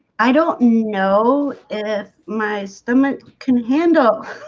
i don't know and if my stomach can handle